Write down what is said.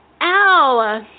Ow